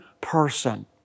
person